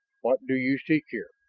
what do you seek here?